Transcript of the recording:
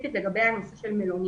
ספציפית לגבי המלוניות.